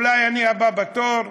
אולי אני הבא בתור,